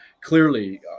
clearly